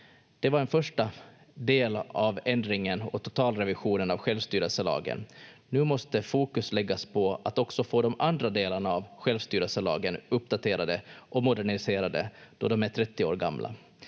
Det var en första del av ändringen och totalrevisionen av självstyrelselagen. Nu måste fokus läggas på att också få de andra delarna av självstyrelselagen uppdaterade och moderniserade, då de är 30 år gamla.